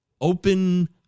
open